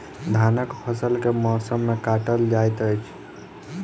धानक फसल केँ मौसम मे काटल जाइत अछि?